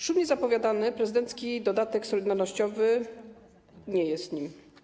Szumnie zapowiadany prezydencki dodatek solidarnościowy nie jest nim.